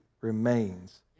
remains